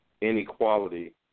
inequality